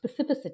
specificity